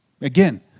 Again